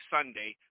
Sunday